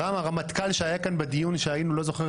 הרמטכ"ל שהיה כאן בדיון שהיינו לא זוכר,